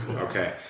Okay